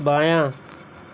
بایاں